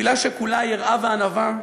תפילה שכולה יראה וענווה,